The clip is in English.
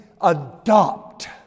adopt